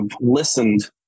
listened